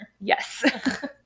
Yes